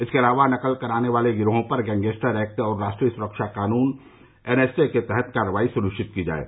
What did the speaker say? इसके अलावा नक़ल कराने वाले गिरोहों पर गैंगस्टर एक्ट और राष्ट्रीय सुरक्षा क़ाऩून एनएसए के तहत कार्यवाही सुनिश्चित की जाये